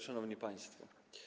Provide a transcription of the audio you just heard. Szanowni Państwo!